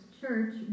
church